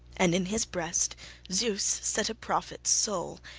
and in his breast zeus set a prophet's soul,